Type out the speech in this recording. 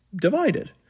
divided